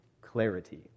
clarity